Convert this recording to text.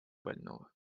больного